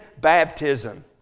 baptism